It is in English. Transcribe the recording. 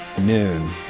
Noon